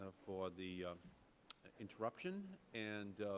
for the interruption and